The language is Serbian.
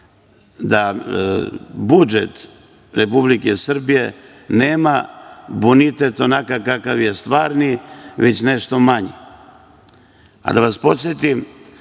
da budžet Republike Srbije nema bonitet onakav kakav je stvarni, već nešto manji. Da vas podsetim,